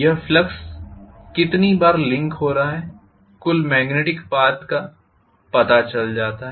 यह फ्लक्स कितनी बार लिंक हो रहा है कुल मेग्नेटिक पाथ का पता चल जाता है